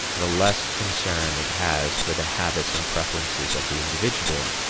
the less concern it has for the habits and preferences of the individual,